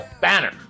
Banner